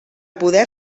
poder